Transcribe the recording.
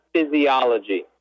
physiology